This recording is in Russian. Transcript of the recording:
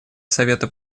совета